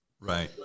Right